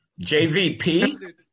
JVP